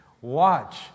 Watch